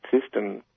system